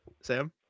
sam